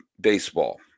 baseball